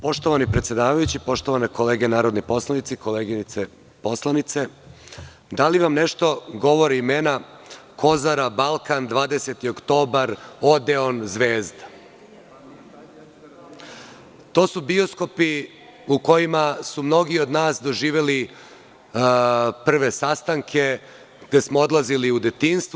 Poštovani predsedavajući, poštovane kolege narodni poslanici, koleginice poslanice, da li vam nešto govore imena „Kozara“, „Balkan“, „20. oktobar“, „Odeon“, „Zvezda“? to su bioskopi u kojima su mnogi od nas doživeli prve sastanke, gde smo odlazili u detinjstvo.